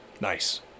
Nice